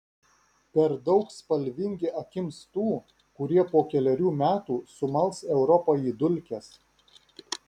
per daug spalvingi akims tų kurie po kelerių metų sumals europą į dulkes